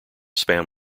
spam